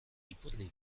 ipurdi